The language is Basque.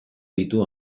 ditu